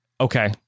Okay